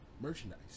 merchandise